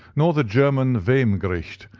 nor the german vehm-gericht,